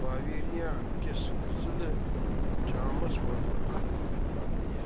Bavaria کِس ضلعہٕ چامس مَنٛز اکھ بلدیہ